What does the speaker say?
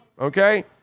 okay